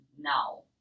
now